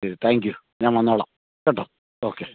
ശരി thank you ഞാൻ വന്നോളാം കേട്ടോ ഓക്കെ